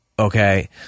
okay